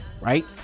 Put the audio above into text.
right